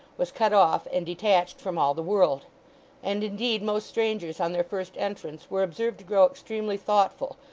was cut off and detached from all the world and indeed most strangers on their first entrance were observed to grow extremely thoughtful,